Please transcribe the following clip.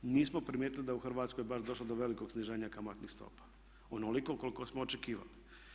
Nismo primijetili da je u Hrvatskoj baš došlo do velikog sniženja kamatnih stopa onoliko koliko smo očekivali.